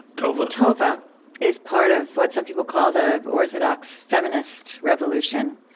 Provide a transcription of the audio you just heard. tova tova is part of what some people call the orthodox feminist revolution.